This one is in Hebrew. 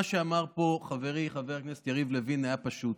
מה שאמר פה חברי חבר הכנסת יריב לוין היה פשוט: